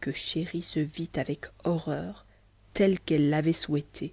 que chéri se vit avec horreur tel qu'elle l'avait souhaité